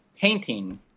painting